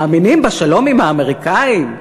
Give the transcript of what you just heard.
מאמינים בשלום עם האמריקנים.